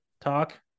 talk